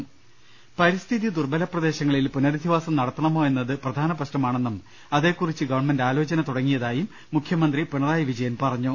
് പരിസ്ഥിതി ദുർബല പ്രദേശങ്ങളിൽ പുനരധിവാസം നടത്തണോ യെന്നത് പ്രധാന പ്രശ്നമാണെന്നും അതേക്കുറിച്ച് ഗവൺമെന്റ് ആലോചന തുട ങ്ങിയതായും മുഖ്യമന്ത്രി പിണറായി വിജയൻ പറഞ്ഞു